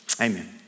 amen